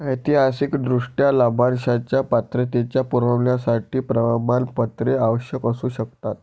ऐतिहासिकदृष्ट्या, लाभांशाच्या पात्रतेच्या पुराव्यासाठी प्रमाणपत्रे आवश्यक असू शकतात